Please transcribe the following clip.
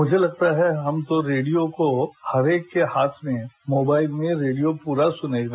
मुझे लगता है हम तो रेडियो को हर एक के हाथ में मोबाइल में रेडियो पूरा सुनेगा